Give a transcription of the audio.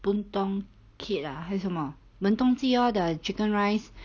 boon tong kit ah 还是什么文东记 loh the chicken rice